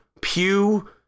Pew